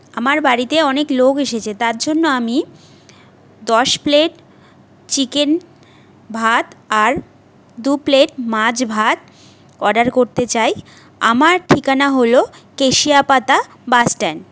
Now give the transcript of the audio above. আমার বাড়িতে অনেক লোক এসেছে তার জন্য আমি দশ প্লেট চিকেন ভাত আর দু প্লেট মাছ ভাত অর্ডার করতে চাই আমার ঠিকানা হল কেশিয়াপাতা বাসস্ট্যান্ড